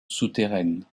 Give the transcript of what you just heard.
souterraine